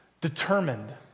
determined